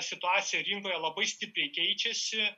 situacija rinkoje labai stipriai keičiasi